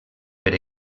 per